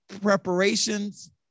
preparations